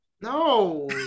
No